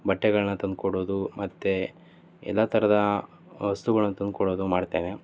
ಬಟ್ಟೆಗಳನ್ನ ತಂದು ಕೊಡೋದು ಮತ್ತು ಎಲ್ಲ ಥರದ ವಸ್ತುಗಳನ್ನ ತಂದು ಕೊಡೋದು ಮಾಡ್ತೇನೆ